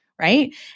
Right